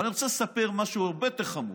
אני רוצה לספר משהו הרבה יותר חמור.